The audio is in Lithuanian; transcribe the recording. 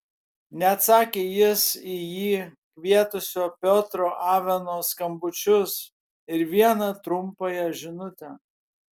neatsakė jis į jį kvietusio piotro aveno skambučius ir vieną trumpąją žinutę